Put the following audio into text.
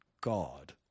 God